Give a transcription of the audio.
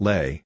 Lay